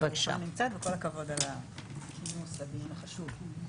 ברוכה הנמצאת וכל הכבוד על כינוס הדיון החשוב.